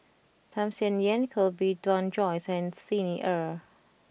Tham Sien Yen Koh Bee Tuan Joyce and Xi Ni Er